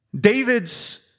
David's